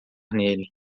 nele